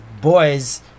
boys